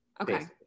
Okay